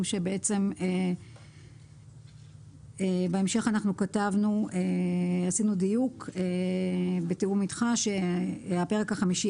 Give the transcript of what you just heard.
שבעצם בהמשך עשינו דיוק בתיאום עם איתי שהפרק החמישי